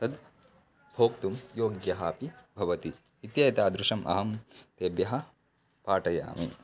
तद् भोक्तुं योग्यः अपि भवति इत्येतादृशम् अहं तेभ्यः पाठयामि